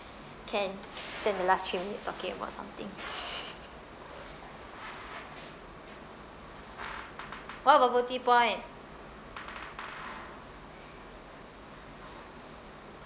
can spend the last few minute talking about something what bubble tea point